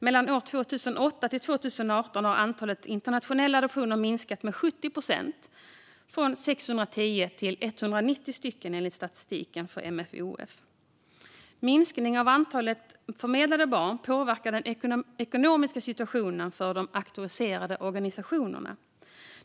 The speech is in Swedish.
Mellan åren 2008 och 2018 har antalet internationella adoptioner minskat med 70 procent, från 610 till 190 enligt statistik från MFoF. Minskningen av antalet förmedlade barn påverkar den ekonomiska situationen för de auktoriserade organisationerna.